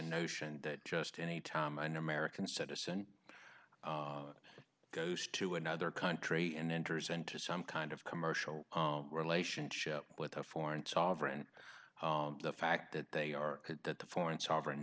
notion that just any time an american citizen goes to another country and enters into some kind of commercial relationship with a foreign sovereign the fact that they are that the foreign sovereign